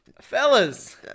Fellas